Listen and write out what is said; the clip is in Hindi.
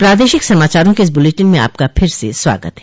प्रादेशिक समाचारों के इस बुलेटिन में आपका फिर से स्वागत है